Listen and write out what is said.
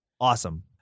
Awesome